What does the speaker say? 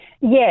Yes